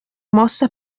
mossa